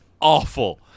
awful